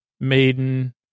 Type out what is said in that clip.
Maiden